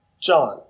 John